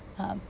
um